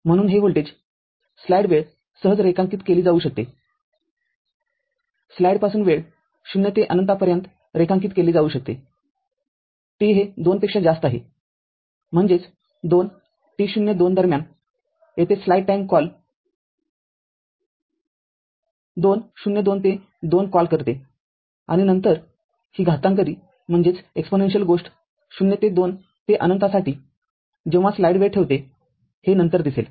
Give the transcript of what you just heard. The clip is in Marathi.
म्हणून हे व्होल्टेज स्लाईड वेळ सहज रेखांकित केली जाऊ शकते स्लाईड पासून वेळ ० ते अनंतापर्यंत रेखांकित केले जाऊ शकते t हे २ पेक्षा जास्त आहेम्हणजेच२ t० २ दरम्यान येथे स्लाईड वेळ २ ० २ ते २ कॉल करते आणि नंतर ही घातांकारी गोष्ट ० ते २ ते अनंतासाठी जेव्हा स्लाईड वेळ ठेवते हे नंतर दिसेल